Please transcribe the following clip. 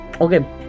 Okay